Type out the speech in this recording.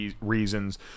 reasons